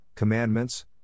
Commandments